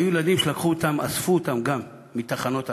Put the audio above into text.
היו ילדים שלקחו אותם, אספו אותם גם מתחנות הרכבת,